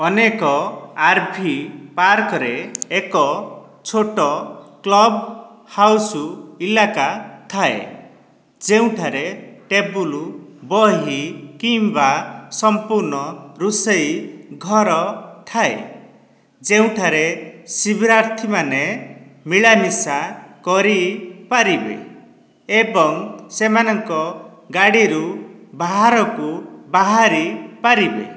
ଅନେକ R V park ରେ ଏକ ଛୋଟ କ୍ଲବ୍ ହାଉସ୍ ଇଲାକା ଥାଏ ଯେଉଁଠାରେ ଟେବୁଲ୍ ବହି କିମ୍ବା ସମ୍ପୂର୍ଣ୍ଣ ରୋଷେଇ ଘର ଥାଏ ଯେଉଁଠାରେ ଶିବାରର୍ଥୀ ମାନେ ମିଳାମିଶା କରିପାରିବେ ଏବଂ ସେମାନଙ୍କ ଗାଡ଼ିରୁ ବାହାରକୁ ବାହାରି ପାରିବେ